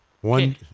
One